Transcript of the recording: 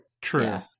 True